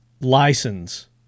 license